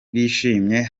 bishimye